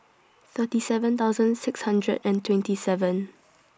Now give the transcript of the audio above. thirty seven thousand six hundred and twenty seven